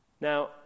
Now